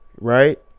right